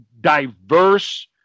diverse